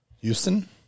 Houston